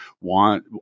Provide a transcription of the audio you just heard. want